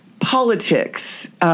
politics